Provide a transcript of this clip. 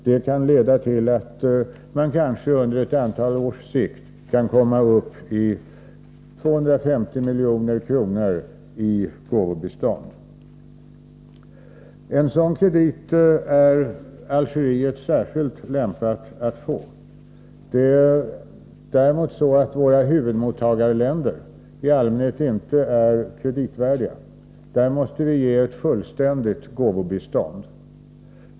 Det kan leda till att man på ett antal års sikt kanske kan komma upp till 250 milj.kr. i gåvobistånd. En sådan kredit är Algeriet särskilt lämpat att få. Våra huvudmottagarländer är däremot i allmänhet inte kreditvärdiga — där måste vi lämna ett fullständigt gåvobistånd.